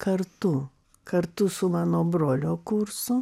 kartu kartu su mano brolio kursu